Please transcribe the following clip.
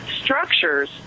structures